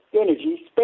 energy